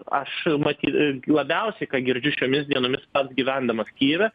aš matyt a labiausiai ką girdžiu šiomis dienomis pats gyvendamas kijeve